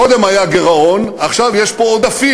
קודם היה גירעון, עכשיו יש פה עודפים.